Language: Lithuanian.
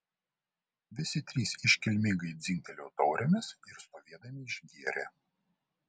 visi trys iškilmingai dzingtelėjo taurėmis ir stovėdami išgėrė